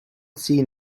seen